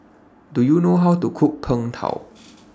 Do YOU know How to Cook Png Tao